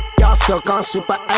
y'all stuck on super-e-eight